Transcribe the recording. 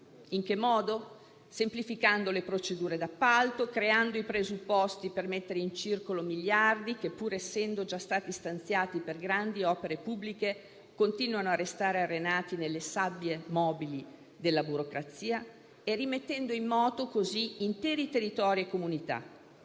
In che modo? Semplificando le procedure d'appalto; creando i presupposti per mettere in circolo miliardi che, pur essendo già stati stanziati per grandi opere pubbliche, continuano a restare arenati nelle sabbie mobili della burocrazia, e rimettendo in moto così interi territori e comunità.